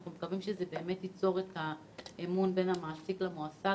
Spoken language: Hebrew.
אנחנו מקווים שזה באמת ייצור האמון בין המעסיק למועסק.